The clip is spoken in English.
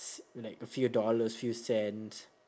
like a few dollars few cents